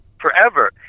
forever